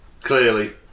Clearly